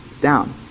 Down